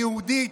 היהודית,